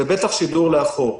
ובטח שידור לאחור.